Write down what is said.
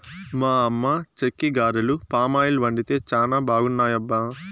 మా అమ్మ చెక్కిగారెలు పామాయిల్ వండితే చానా బాగున్నాయబ్బా